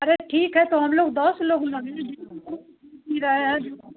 अरे ठीक है तो हम लोग दस लोग ही रहे हैं